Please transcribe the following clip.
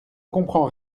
comprends